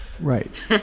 Right